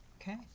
Okay